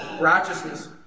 Righteousness